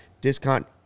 Discount